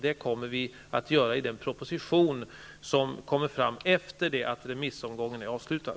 Det kommer vi att göra i den proposition som kommer att läggas fram efter det att remissomgången är avslutad.